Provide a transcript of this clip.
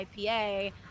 IPA